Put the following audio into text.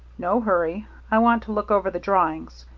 no hurry. i want to look over the drawings.